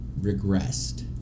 regressed